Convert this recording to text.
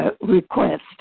request